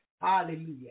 Hallelujah